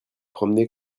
promener